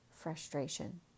frustration